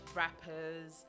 rappers